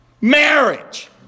Marriage